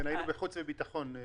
הייתי בוועדת החוץ והביטחון.